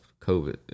COVID